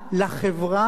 לחברה,